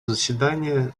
заседания